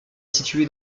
située